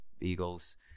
Eagles